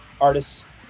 artists